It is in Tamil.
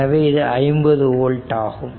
எனவே இது 50 ஓல்ட் ஆகும்